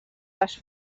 les